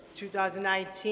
2019